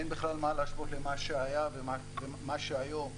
אין בכלל מה להשוות למה שהיה ומה שהיום,